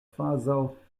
kvazaŭ